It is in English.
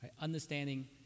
Understanding